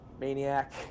Maniac